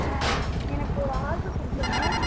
எனக்கு ஒரு ஆர்டர் கொடுக்கணும்